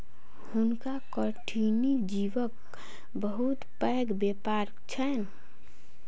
हुनका कठिनी जीवक बहुत पैघ व्यापार छैन